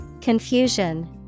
Confusion